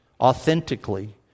authentically